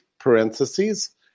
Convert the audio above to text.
parentheses